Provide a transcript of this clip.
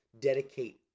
dedicate